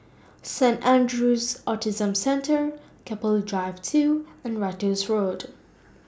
Saint Andrew's Autism Centre Keppel Drive two and Ratus Road